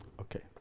Okay